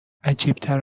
عجیبتر